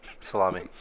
Salami